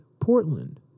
Portland